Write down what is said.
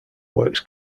works